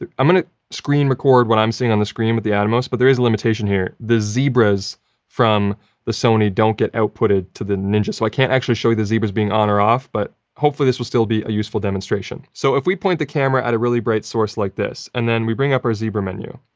i'm gonna screen record what i'm seeing on the screen with the atmos, but there is a limitation here. the zebras from the sony don't get outputted to the ninja, so i can't actually show you the zebras being on or off, but hopefully this will still be a useful demonstration. so, if we point the camera at a really bright source like this, and then we bring up our zebra menu,